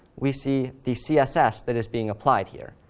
we see the css that is being applied here.